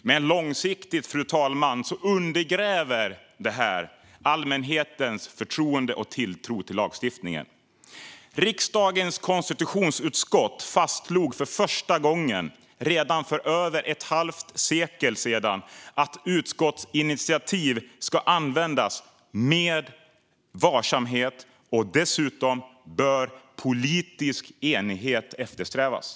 Men långsiktigt, fru talman, undergräver det här allmänhetens förtroende och tilltro till lagstiftningen. Redan för ett halvt sekel sedan fastslog riksdagens konstitutionsutskott för första gången att utskottsinitiativ ska användas med varsamhet. Dessutom bör politisk enighet eftersträvas.